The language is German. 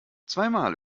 zweimal